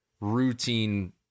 routine